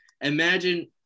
Imagine